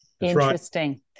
Interesting